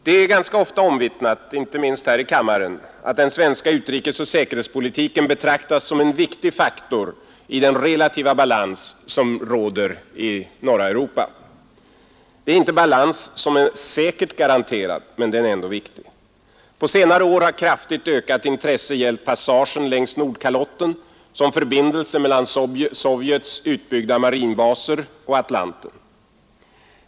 Det är ganska ofta omvittnat, inte minst här i kammaren, att den svenska utrikesoch säkerhetspolitiken betraktas som en viktig faktor i den relativa balans som råder i norra Europa. Det är inte balans som är säkert garanterad men den är ändå viktig. På senare år har ett kraftigt ökat intresse gällt passagen längs Nordkalotten som förbindelse mellan Sovjets utbyggda marinbaser och Atlanten.